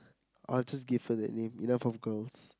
I'll just give her that name enough of girls